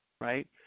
Right